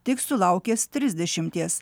tik sulaukęs trisdešimties